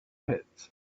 pits